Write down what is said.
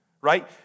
right